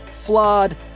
Flawed